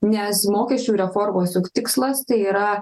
nes mokesčių reformos juk tikslas tai yra